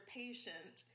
patient